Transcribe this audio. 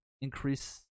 increase –